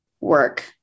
work